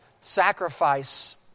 sacrifice